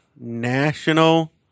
National